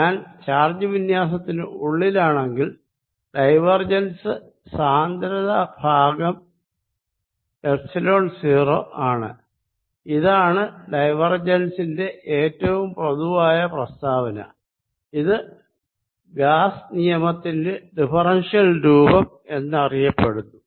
ഞാൻ ചാർജ് വിന്യാസത്തിന് ഉള്ളിലാണെങ്കിൽ ഡൈവേർജെൻസ് സാന്ദ്രത ഭാഗം എപ്സിലോൺ 0 ആണ് ഇതാണ് ഡൈവേർജൻസിന്റെ ഏറ്റവും പൊതുവായ പ്രസ്താവന ഇത് ഗോസ്സ് നിയമത്തിന്റെ ഡിഫറെൻഷ്യൽ രൂപം എന്നറിയപ്പെടുന്നു